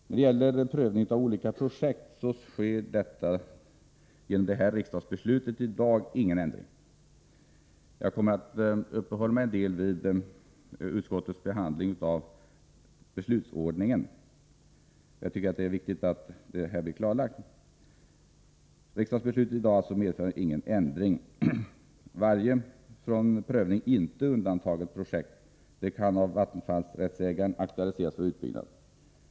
När det gäller prövning av olika projekt sker genom detta riksdagsbeslut ingen ändring. Jag kommer att uppehålla mig en del vid utskottets behandling av beslutsordningen. Jag tycker att det är viktigt att detta blir klarlagt. Riksdagsbeslutet i dag medför alltså ingen ändring. Varje från prövning inte undantaget projekt kan av fallrättsägaren aktualiseras för utbyggnad.